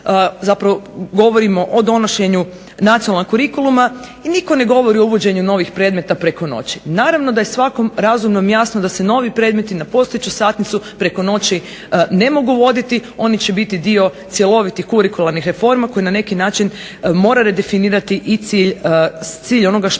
Zapravo govorimo o donošenju nacionalnog kurikuluma i nitko ne govori o uvođenju novih predmeta preko noći. Naravno da je svakom razumnom jasno da se novi predmeti na postojeću satnicu preko noći ne mogu voditi. Oni će biti dio cjelovitih kurikularnih reforma koji na neki način moraju redefinirati i cilj onoga što